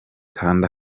kanda